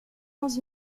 dans